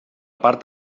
part